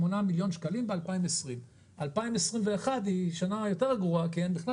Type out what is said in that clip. שנת 2021 היא שנה יותר גרועה כי אין בכלל